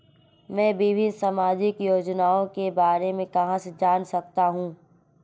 मैं विभिन्न सामाजिक योजनाओं के बारे में कहां से जान सकता हूं?